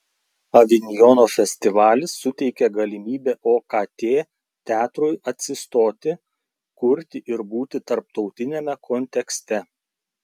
avinjono festivalis suteikė galimybę okt teatrui atsistoti kurti ir būti tarptautiniame kontekste